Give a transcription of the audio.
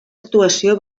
actuació